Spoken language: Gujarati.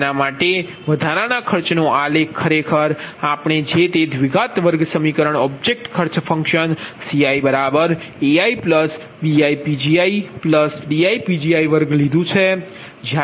આના માટે વધારાના ખર્ચ નો આલેખ ખરેખર આપણે જે તે દ્વિઘાત વર્ગસમીકરણ ઓબ્જેક્ટ ખર્ચ ફંક્શન CiaibiPgidiPgi2 લીધું છે